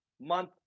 month